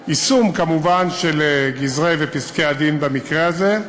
כמובן, יישום של גזרי-הדין ופסקי-הדין במקרה הזה.